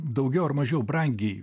daugiau ar mažiau brangiai